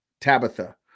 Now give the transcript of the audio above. Tabitha